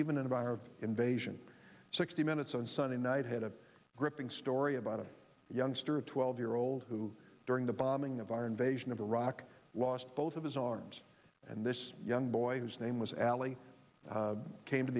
iraq invasion sixty minutes on sunday night had a gripping story about a youngster a twelve year old who during the bombing of our invasion of iraq lost both of his arms and this young boy whose name was allie came to